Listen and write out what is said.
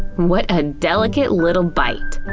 what a delicate little bite!